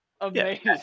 Amazing